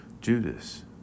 Judas